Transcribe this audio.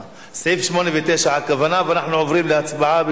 8. על-פי